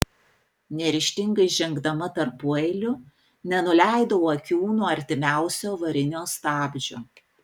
neryžtingai žengdama tarpueiliu nenuleidau akių nuo artimiausio avarinio stabdžio